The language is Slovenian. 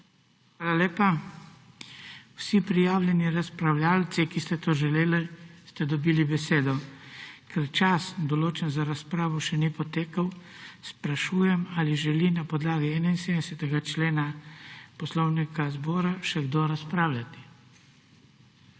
Hvala lepa. Vsi prijavljeni razpravljavci, ki ste to želeli, ste dobili besedo. Ker čas, določen za razpravo, še ni potekel, sprašujem, ali želi na podlagi 71. člena Poslovnika Državnega zbora še kdo razpravljati.